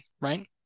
right